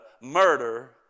murder